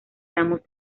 damos